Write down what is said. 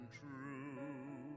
true